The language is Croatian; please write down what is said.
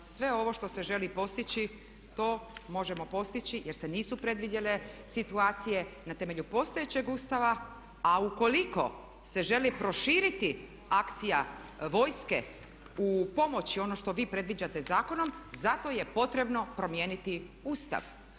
Sve ovo što se želi postići to možemo postići jer se nisu predvidjele situacije na temelju postojećeg Ustava, a ukoliko se želi proširiti akcija vojske u pomoći ono što vi predviđate zakonom za to je potrebno promijeniti Ustav.